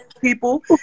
people